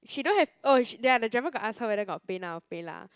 she don't have oh ya the driver got ask her whether got PayNow or PayLah